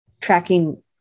tracking